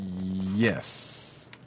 Yes